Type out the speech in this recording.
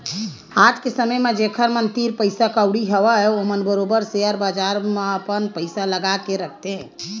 आज के समे म जेखर मन तीर पइसा कउड़ी हवय ओमन ह बरोबर सेयर बजार म अपन पइसा ल लगा के रखथे